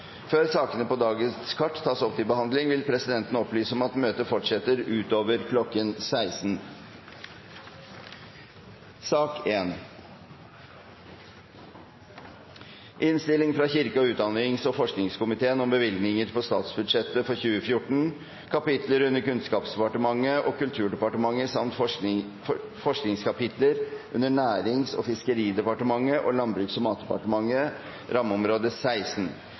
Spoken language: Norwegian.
Før sakene på dagens kart tas opp til behandling, vil presidenten opplyse om at møtet fortsetter utover kl. 16. Etter ønske fra kirke-, utdannings- og forskningskomiteen vil presidenten foreslå at debatten begrenses til 2 timer og 5 minutter, og at taletiden blir fordelt slik på